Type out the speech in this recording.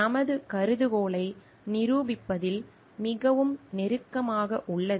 நமது கருதுகோளை நிரூபிப்பதில் மிகவும் நெருக்கமாக உள்ளது